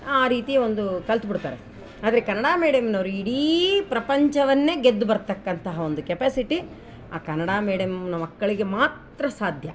ಆ ರೀತಿ ಒಂದು ಕಲ್ತು ಬಿಡ್ತಾರೆ ಆದರೆ ಕನ್ನಡ ಮಿಡಿಯಮ್ ನವ್ರಿಗೆ ಇಡೀ ಪ್ರಪಂಚವನ್ನೇ ಗೆದ್ದು ಬರ್ತಕ್ಕಂತಹ ಒಂದು ಕೆಪ್ಯಾಸಿಟಿ ಆ ಕನ್ನಡ ಮಿಡಿಯಮ್ನ ಮಕ್ಕಳಿಗೆ ಮಾತ್ರ ಸಾಧ್ಯ